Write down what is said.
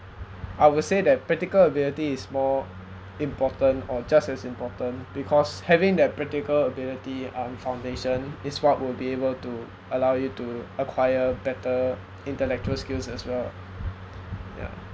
I would say that practical ability is more important or just as important because having that practical ability um foundation is what will be able to allow you to acquire better intellectual skills as well yeah